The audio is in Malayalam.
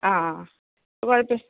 ആ ആ അതുപോലത്തെ